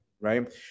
right